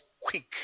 quick